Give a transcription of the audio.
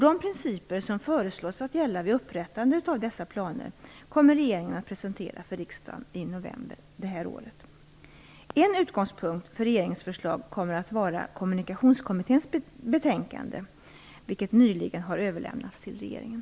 De principer som föreslås att gälla vid upprättandet av dessa planer kommer regeringen att presentera för riksdagen i november i år. En utgångspunkt för regeringens förslag kommer att vara Kommunikationskommitténs betänkande, vilket nyligen överlämnades till regeringen.